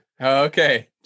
Okay